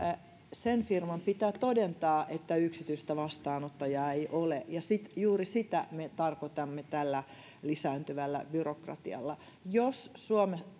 sen firman pitää todentaa että yksityistä vastaanottajaa ei ole ja juuri sitä me tarkoitamme tällä lisääntyvällä byrokratialla jos suomi